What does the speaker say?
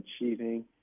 achieving